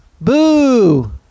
Boo